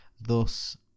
Thus